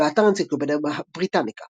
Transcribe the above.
באתר אנציקלופדיה בריטניקה